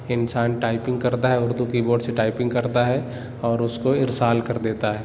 انسان ٹائپنگ کرتا ہے اردو کی بورڈ سے ٹائپنگ کرتا ہے اور اس کو ارسال کر دیتا ہے